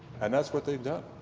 and that's what they've done.